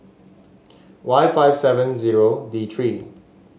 Y five seven zero D three